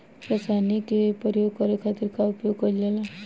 रसायनिक के प्रयोग करे खातिर का उपयोग कईल जाला?